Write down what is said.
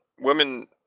women